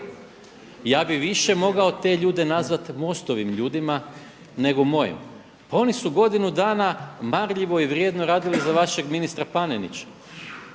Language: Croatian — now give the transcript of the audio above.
Ja bih više mogao te ljude nazvati MOST-ovim ljudima nego mojim. Pa oni su godinu dana marljivo i vrijedno radili za vašeg ministra Panenića.